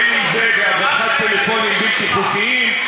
בין שזה בהברחת פלאפונים בלתי חוקיים,